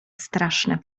straszne